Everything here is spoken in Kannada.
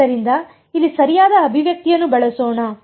ಆದ್ದರಿಂದ ಇಲ್ಲಿ ಸರಿಯಾದ ಅಭಿವ್ಯಕ್ತಿಯನ್ನು ಬಳಸೋಣ